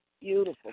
Beautiful